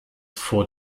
vor